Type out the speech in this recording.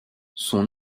son